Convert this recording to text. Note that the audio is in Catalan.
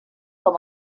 com